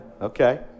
Okay